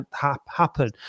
happen